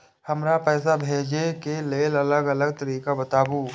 हमरा पैसा भेजै के लेल अलग अलग तरीका बताबु?